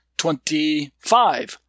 twenty-five